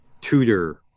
Tudor